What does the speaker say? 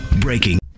Breaking